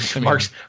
Mark's